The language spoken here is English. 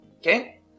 Okay